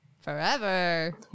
Forever